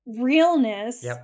realness